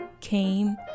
came